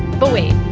but wait.